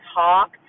talk